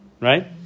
right